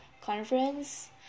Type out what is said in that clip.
conference